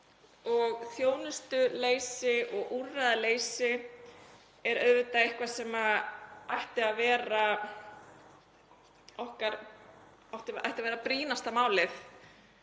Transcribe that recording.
og þjónustuleysi og úrræðaleysi er auðvitað eitthvað sem ætti að vera brýnasta málið